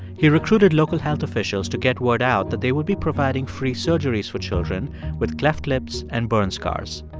he recruited local health officials to get word out that they would be providing free surgeries for children with cleft lips and burn scars.